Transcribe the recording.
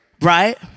right